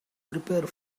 prepare